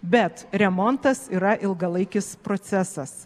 bet remontas yra ilgalaikis procesas